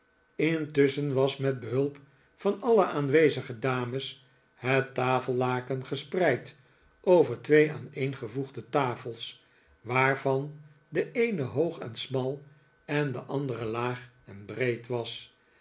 intusschen was met behulp van alle aanwezige dames het tafellaken gespreid over twee aaneengevoegde tafels waarvan de eene hoog en smal en de andere laag en breed was